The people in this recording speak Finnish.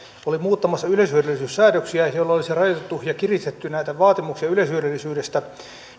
oli muuttamassa yleishyödyllisyyssäädöksiä joilla olisi rajoitettu ja kiristetty näitä vaatimuksia yleishyödyllisyydestä